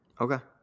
Okay